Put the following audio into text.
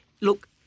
Look